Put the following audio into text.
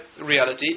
reality